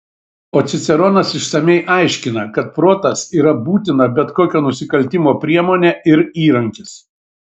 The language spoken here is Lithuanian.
o ciceronas išsamiai aiškina kad protas yra būtina bet kokio nusikaltimo priemonė ir įrankis